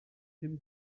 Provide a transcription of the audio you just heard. pum